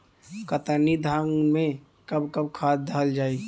कतरनी धान में कब कब खाद दहल जाई?